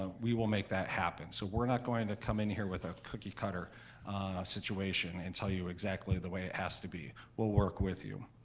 ah we will make that happen, so we're not going to come in here with a cookie cutter situation and tell you exactly the way it has to be. we'll work with you.